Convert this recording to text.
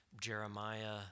Jeremiah